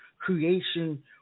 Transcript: creation